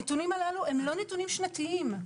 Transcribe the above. הנתונים הללו הם לא נתונים שנתיים.